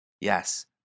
Yes